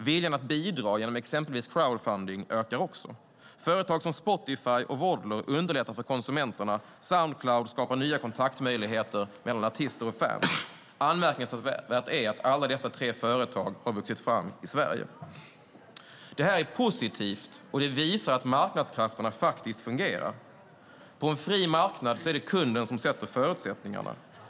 Viljan att bidra genom exempelvis crowdfunding ökar. Företag som Spotify och Voddler underlättar för konsumenterna. Soundcloud skapar nya kontaktmöjligheter mellan artister och fans. Anmärkningsvärt är att alla dessa tre företag har vuxit fram i Sverige! Detta är positivt och visar att marknadskrafterna faktiskt fungerar. På en fri marknad är det kunden som sätter förutsättningarna.